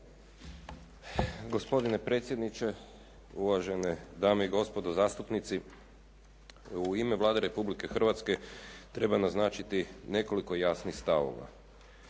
Gospodine predsjedniče, uvažene dame i gospodo zastupnici u ime Vlade Republike Hrvatske treba naznačiti nekoliko jasnih stavova.